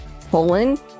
Poland